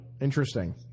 Interesting